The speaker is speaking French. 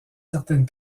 certaines